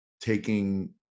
taking